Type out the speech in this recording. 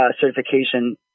certification